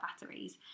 batteries